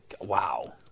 wow